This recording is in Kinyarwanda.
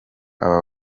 aba